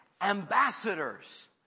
ambassadors